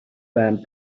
band